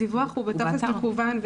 הדיווח הוא בטופס מקוון.